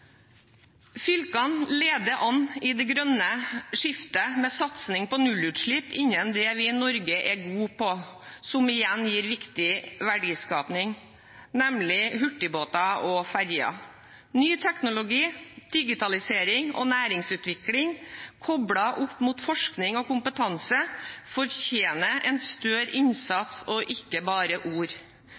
Fylkene leder an i det grønne skiftet, med satsing på nullutslipp innenfor det vi i Norge er gode på, som igjen gir viktig verdiskaping, nemlig hurtigbåter og ferger. Ny teknologi, digitalisering og næringsutvikling koblet opp mot forskning og kompetanse fortjener en større innsats og ikke bare ord.